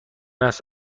است